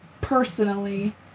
personally